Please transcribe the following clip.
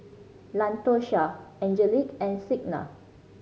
Latosha Angelic and Signa